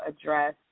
address